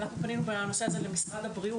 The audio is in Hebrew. אנחנו פנינו בנושא הזה למשרד הבריאות.